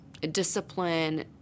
discipline